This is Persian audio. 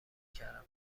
کردم